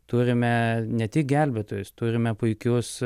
turime ne tik gelbėtojus turime puikius